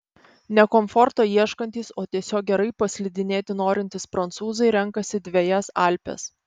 ne komforto ieškantys o tiesiog gerai paslidinėti norintys prancūzai renkasi dvejas alpes